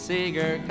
Seeger